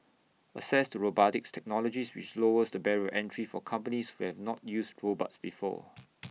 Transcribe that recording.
access to robotics technologies which lowers the barrier entry for companies who have not used robots before